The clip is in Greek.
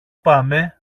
πάμε